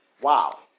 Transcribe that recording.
Wow